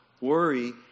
worry